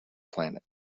planet